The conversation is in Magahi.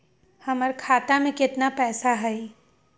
हमर खाता में केतना पैसा हई?